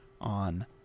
on